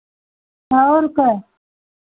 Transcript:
और क्या